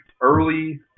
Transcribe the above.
early